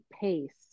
pace